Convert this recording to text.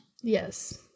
Yes